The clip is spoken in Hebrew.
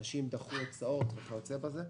אנשים דחו הוצאות וכיוצא בזה.